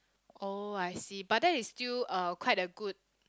oh I see but that is still uh quite a good